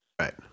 Right